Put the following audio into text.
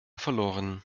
verloren